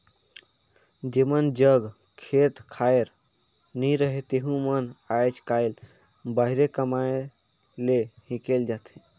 जेमन जग खेत खाएर नी रहें तेहू मन आएज काएल बाहिरे कमाए ले हिकेल जाथें